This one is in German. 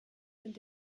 sind